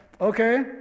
okay